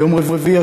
ביום רביעי,